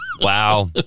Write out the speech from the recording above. Wow